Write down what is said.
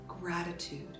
Gratitude